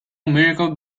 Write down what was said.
miracle